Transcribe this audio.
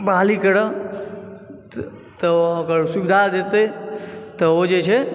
बहाली करऽ तऽ ओकर सुविधा देतै तऽ ओ जे छै